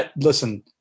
Listen